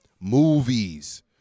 movies